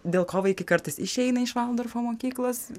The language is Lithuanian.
dėl ko vaikai kartais išeina iš valdorfo mokyklos